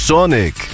Sonic